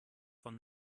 von